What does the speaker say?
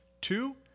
Two